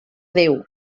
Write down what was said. déu